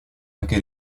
anche